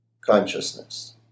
Consciousness